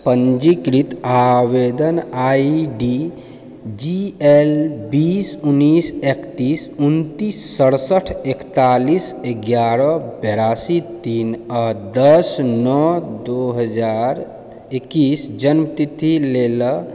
पञ्जीकृत आवेदन I D G L बीस उनैस एकतिस उनतिस सरसठ एकतातिस एगारह बेरासी तीन आओर दस नौ दो हजार एकैस जन्मतिथि लेल